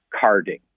carding